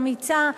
אמיצה.